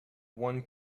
one